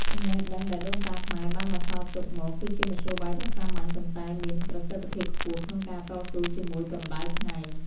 ចំណេះដឹងដែលដូនតាខ្មែរបានបន្សល់ទុកមកគឺជាមធ្យោបាយដ៏សាមញ្ញប៉ុន្តែមានប្រសិទ្ធភាពខ្ពស់ក្នុងការតស៊ូជាមួយកម្តៅថ្ងៃ។